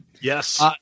yes